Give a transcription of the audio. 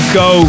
go